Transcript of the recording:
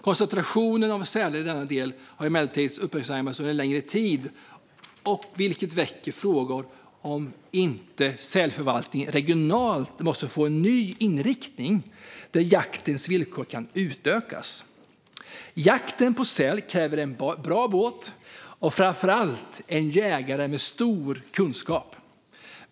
Koncentrationen av sälar i denna del har emellertid uppmärksammats under en längre tid, vilket väcker frågan om inte sälförvaltningen regionalt måste få en ny inriktning där jaktens villkor kan utökas. Jakten på säl kräver en bra båt och framför allt en jägare med stor kunskap.